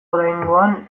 oraingoan